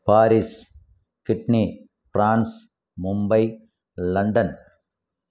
Paris Sydney France Mumbai London